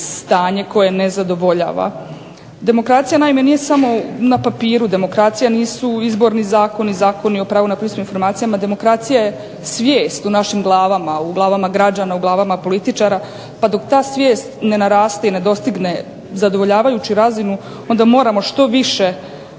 koje ne zadovoljava. Demokracija naime nije samo na papiru, demokracija nisu izborni zakoni, Zakoni o pravu na pristup informacijama, demokracija je svijest u našim glavama, u glavama građana, u glavama političara pa dok ta svijest ne naraste i ne dostigne zadovoljavajuću razinu onda moramo što više